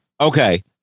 Okay